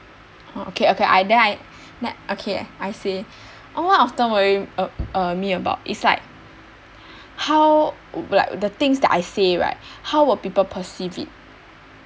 oh okay okay I then I then okay I say what often worry uh uh me about is like how wo~ like the things that I say right how would people perceive it